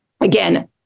Again